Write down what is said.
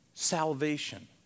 salvation